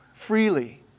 freely